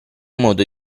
modo